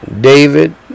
David